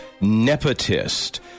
nepotist